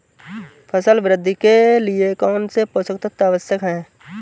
फसल वृद्धि के लिए कौनसे पोषक तत्व आवश्यक हैं?